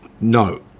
No